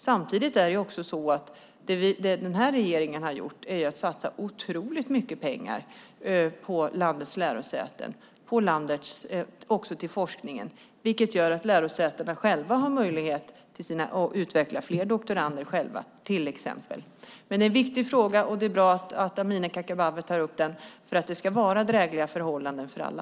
Samtidigt är det så att den här regeringen har satsat otroligt mycket pengar på landets lärosäten, också till forskningen, vilket gör att lärosätena själva har möjlighet att till exempel anställa fler doktorander. Men det är en viktig fråga, och det är bra att Amineh Kakabaveh tar upp den, för det ska vara drägliga förhållanden för alla.